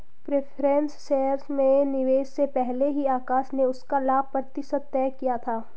preference shares में निवेश से पहले ही आकाश ने उसका लाभ प्रतिशत तय किया था